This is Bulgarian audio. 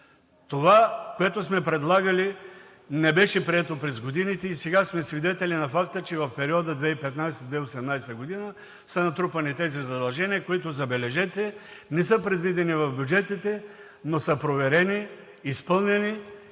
Това, което сме предлагали, не беше прието през годините и сега сме свидетели на факта, че в периода 2015 – 2018 г. са натрупани тези задължения, които, забележете, не са предвидени в бюджетите, но са проверени, изпълнени и задължително